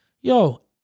Yo